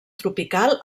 tropical